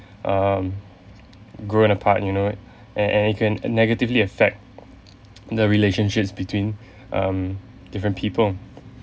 um growing apart you know it and and it can negatively affect the relationships between um different people